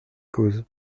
causes